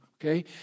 okay